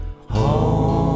home